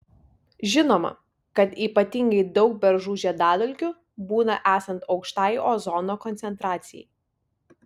žinoma kad ypatingai daug beržų žiedadulkių būna esant aukštai ozono koncentracijai